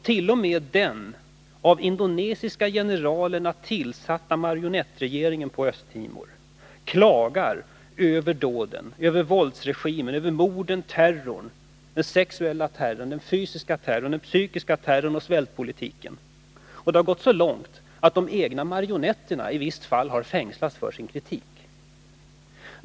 T. o. m. den av de indonesiska generalerna tillsatta marionettregeringen på Östtimor klagar över våldsregimen, över morden, den sexuella terrorn, den fysiska terrorn, den psykiska terrorn och svältpolitiken. Det har gått så långt att de egna marionetterna i ett visst fall har fängslats för sin kritik.